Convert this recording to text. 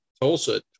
Tulsa